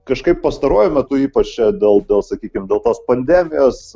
kažkaip pastaruoju metu ypač dėl dėl sakykim dėl tos pandemijos